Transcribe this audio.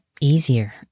easier